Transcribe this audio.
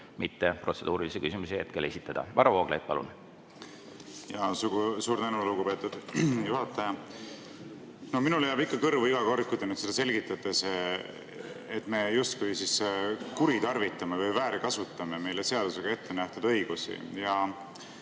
mitte protseduurilisi küsimusi hetkel esitada. Varro Vooglaid, palun! Suur tänu, lugupeetud juhataja! Minule jääb ikka kõrvu iga kord, kui te seda selgitate, see, et me justkui kuritarvitame või väärkasutame meile seadusega ettenähtud õigusi.